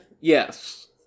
yes